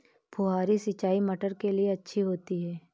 फुहारी सिंचाई मटर के लिए अच्छी होती है?